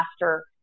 master